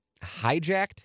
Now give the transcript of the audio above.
hijacked